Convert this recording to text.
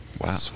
Wow